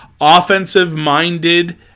offensive-minded